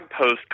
post